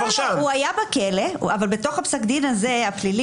הוא היה בכלא אבל בתוך פסק הדין הזה הפלילי